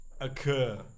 Occur